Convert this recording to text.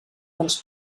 dels